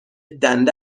دنده